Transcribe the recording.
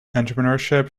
entrepreneurship